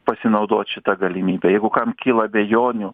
pasinaudot šita galimybe jeigu kam kyla abejonių